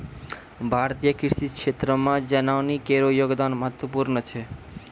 भारतीय कृषि क्षेत्रो मे जनानी केरो योगदान महत्वपूर्ण छै